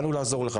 באנו לעזור לך.